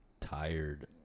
tired